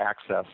access